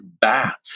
bat